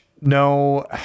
No